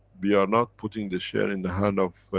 we are not putting the share in the hand of.